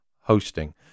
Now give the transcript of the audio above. hosting